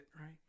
right